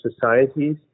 societies